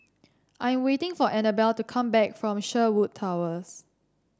I'm waiting for Annabelle to come back from Sherwood Towers